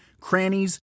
crannies